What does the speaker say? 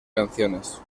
canciones